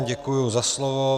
Děkuji za slovo.